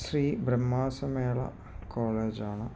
ശ്രീ ബ്രഹ്മാസമേള കോളേജാണ്